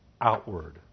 outward